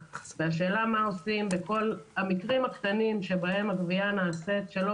והשאלה מה עושים בכל המקרים הקטנים שבהם הגבייה נעשית שלא